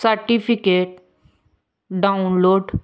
certificate download